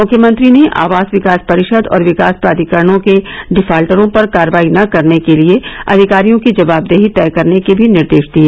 मुख्यमंत्री ने आवास विकास परिषद और विकास प्राधिकरणों के डिफॉल्टरों पर कार्रवाई न करने के लिए अधिकारियों की जवाबदेही तय करने के भी निर्देश दिए